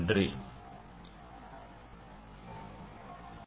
Thank you for your attention